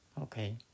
Okay